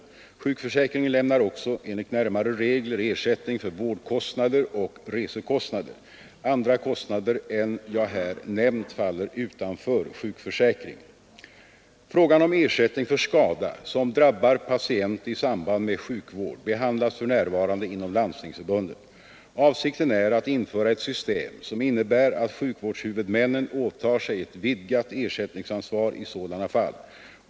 Sjukförsäkringen lämnar också enligt närmare regler ersättning för vårdkostnader och resekostnader. Andra kostnader än jag här nämnt faller utanför sjukförsäkringen. Frågan om ersättning för skada som drabbar patient i samband med sjukvård behandlas för närvarande inom Landstingsförbundet. Avsikten är att införa ett system som innebär att sjukvårdshuvudmännen åtar sig ett vidgat ersättningsansvar i sådana fall.